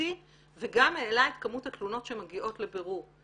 משמעותי וגם העלה את כמות התלונות שמגיעות לבירור.